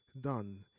done